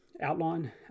outline